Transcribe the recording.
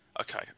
Okay